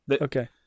Okay